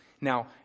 Now